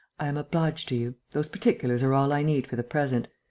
i am obliged to you. those particulars are all i need for the present.